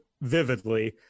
vividly